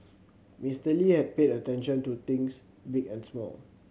Mister Lee had paid attention to things big and small